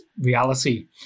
reality